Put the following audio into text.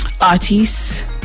artists